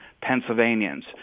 Pennsylvanians